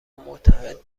معتقد